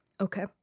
Okay